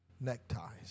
neckties